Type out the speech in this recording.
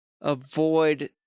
avoid